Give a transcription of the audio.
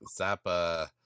Zappa